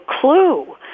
clue